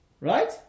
Right